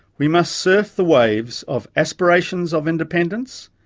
we must surf the waves of aspirations of independence,